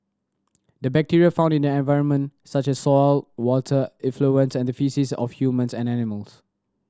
the bacteria found in the environment such as soil water effluents and the faces of humans and animals